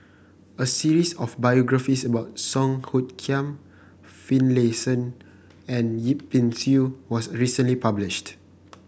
a series of biographies about Song Hoot Kiam Finlayson and Yip Pin Xiu was recently published